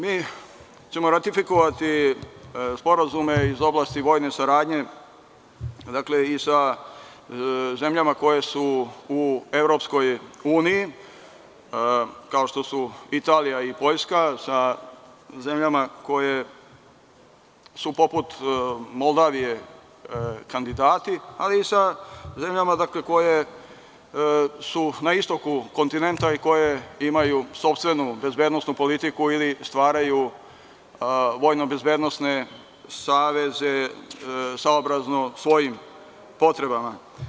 Mi ćemo ratifikovati sporazume iz oblasti vojne saradnje i sa zemljama koje su u EU, kao što su Italija i Poljska sa zemljama koje su poput Moldavije kandidati, ali i sa zemljama koje su na istoku kontinenta i koje imaju sopstvenu bezbednosnu politiku ili stvaraju vojno-bezbednosne saveze saobrazno svojim potrebama.